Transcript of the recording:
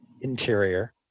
interior